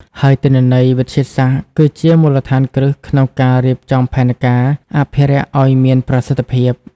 ហើយទិន្នន័យវិទ្យាសាស្ត្រគឺជាមូលដ្ឋានគ្រឹះក្នុងការរៀបចំផែនការអភិរក្សឲ្យមានប្រសិទ្ធភាព។